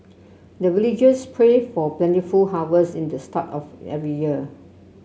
the villagers pray for plentiful harvest at the start of every year